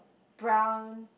brown